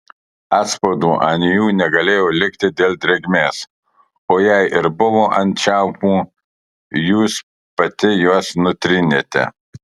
atspaudų ant jų negalėjo likti dėl drėgmės o jei ir buvo ant čiaupų jūs pati juos nutrynėte